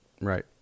right